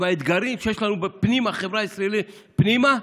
עם האתגרים שיש לנו בחברה הישראלית פנימה,